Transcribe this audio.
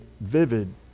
vivid